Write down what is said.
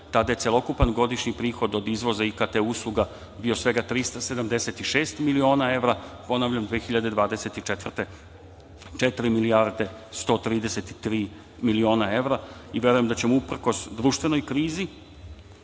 tada je celokupan godišnji prihod od izvoza IKT usluga bio svega 376 miliona evra, ponavljam 2024. godine četiri milijarde 133 miliona evra. Verujem da ćemo uprkos društvenoj krizi